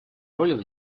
роль